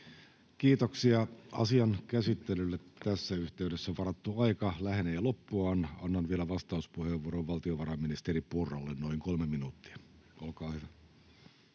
Kiitoksia. — Asian käsittelylle tässä yhteydessä varattu aika lähenee loppuaan. Annan vielä vastauspuheenvuoron valtiovarainministeri Purralle, noin kolme minuuttia. Olkaa hyvä.